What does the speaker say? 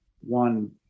one